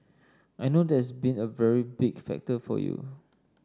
I know that's been a very big factor for you